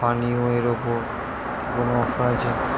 পানীয় এর ওপর কি কোনও অফার আছে